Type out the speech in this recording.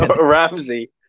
Ramsey